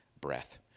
breath